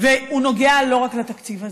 וזה נוגע לא רק לתקציב הזה,